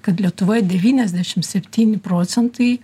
kad lietuvoje devyniasdešimt septyni procentai